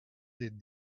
said